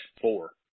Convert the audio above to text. four